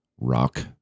rock